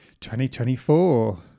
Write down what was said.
2024